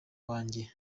wanjye